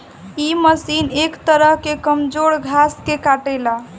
इ मशीन एक तरह से कमजोर घास के काटेला